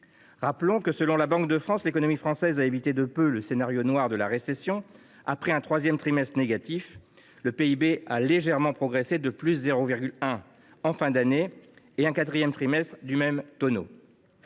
Rappelons que, selon la Banque de France, l’économie française a évité de peu le scénario noir de la récession : après un troisième trimestre négatif, notre PIB a légèrement progressé – de 0,1 point – en fin d’année, le quatrième trimestre étant du même tonneau.